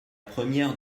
première